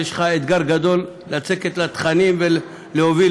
ויש לך אתגר גדול לצקת בה תכנים ולהוביל,